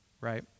right